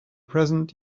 present